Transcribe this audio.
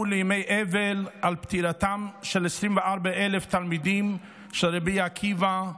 לימי אבל על פטירתם של 24,000 תלמידים של רבי עקיבא.